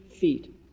feet